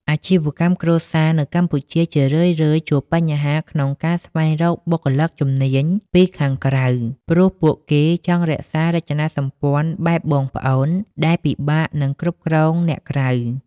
អាជីវកម្មគ្រួសារនៅកម្ពុជាជារឿយៗជួបបញ្ហាក្នុងការស្វែងរកបុគ្គលិកជំនាញពីខាងក្រៅ ព្រោះពួកគេចង់រក្សារចនាសម្ព័ន្ធបែបបងប្អូនដែលពិបាកនឹងគ្រប់គ្រងអ្នកក្រៅ។